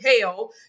hell